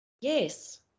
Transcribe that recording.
Yes